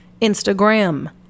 Instagram